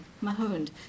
Mahound